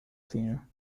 cleaner